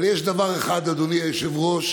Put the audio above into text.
אבל יש דבר אחד, אדוני היושב-ראש,